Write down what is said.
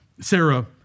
Sarah